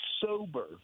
sober